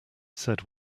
said